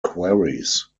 queries